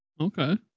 Okay